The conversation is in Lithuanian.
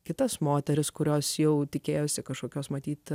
kitas moteris kurios jau tikėjosi kažkokios matyt